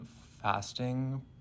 fasting